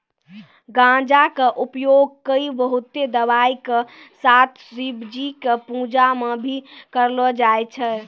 गांजा कॅ उपयोग कई बहुते दवाय के साथ शिवजी के पूजा मॅ भी करलो जाय छै